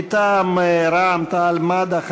מטעם רע"ם-תע"ל-מד"ע,